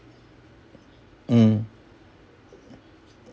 mm